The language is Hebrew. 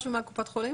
לא.